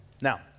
Now